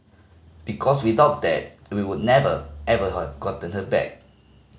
because without that we would never ever have gotten her back